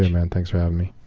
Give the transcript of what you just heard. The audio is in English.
yeah man. thanks for having me.